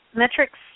metrics